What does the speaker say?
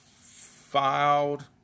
filed